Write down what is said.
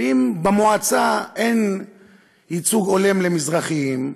ואם במועצה אין ייצוג הולם למזרחים,